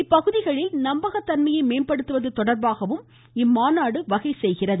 இப்பகுதிகளில் நம்பகத்தன்மையை மேம்படுத்துவது தொடர்பாகவும் இம்மாநாடு வகை செய்கிறது